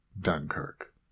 Dunkirk